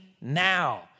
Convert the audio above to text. now